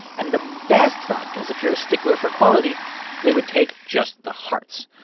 and the best vodkas if you're a stickler for quality they would take just the hearts.